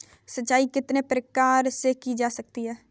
सिंचाई कितने प्रकार से की जा सकती है?